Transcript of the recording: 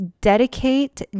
dedicate